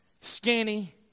skinny